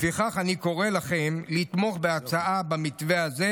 לפיכך, אני קורא לכם לתמוך בהצעה במתווה הזה,